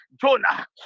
Jonah